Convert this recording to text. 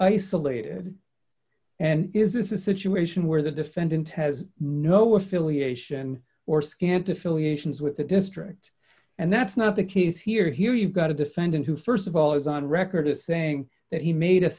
isolated and is this a situation where the defendant has no affiliation or scant affiliations with the district and that's not the case here here you've got a defendant who st of all is on record as saying that he made a